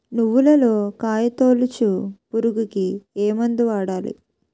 నువ్వులలో కాయ తోలుచు పురుగుకి ఏ మందు వాడాలి?